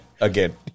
again